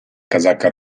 casacca